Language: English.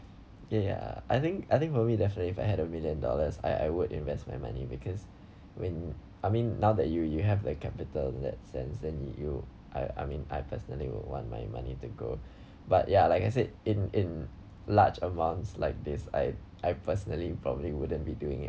ya ya I think I think for me definitely if I had a million dollars I I would invest my money because when I mean now that you you have like capital in that sense then you you I I mean I personally would want my money to grow but ya like I said in in large amounts like this I I personally probably wouldn't be doing it